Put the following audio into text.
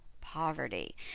poverty